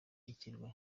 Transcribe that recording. ikirwa